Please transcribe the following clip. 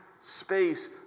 space